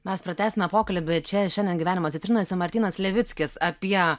mes pratęsime pokalbį čia šiandien gyvenimo citrinose martynas levickis apie